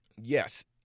yes